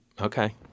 Okay